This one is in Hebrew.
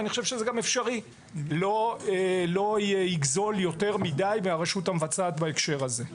אני חושב שזה גם אפשרי ולא יגזול יותר מדי מהרשות המבצעת בהקשר הזה.